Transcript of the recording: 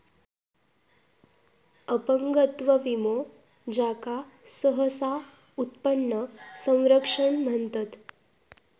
अपंगत्व विमो, ज्याका सहसा उत्पन्न संरक्षण म्हणतत